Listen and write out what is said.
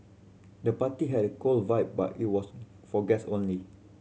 the party had a cool vibe but it was for guests only